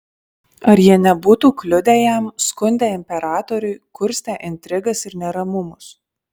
ar jie nebūtų kliudę jam skundę imperatoriui kurstę intrigas ir neramumus